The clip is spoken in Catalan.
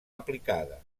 aplicada